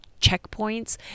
checkpoints